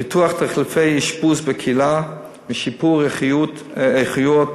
לפיתוח תחליפי אשפוז בקהילה ושיפור איכויות